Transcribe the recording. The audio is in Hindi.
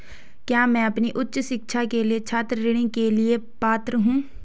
क्या मैं अपनी उच्च शिक्षा के लिए छात्र ऋण के लिए पात्र हूँ?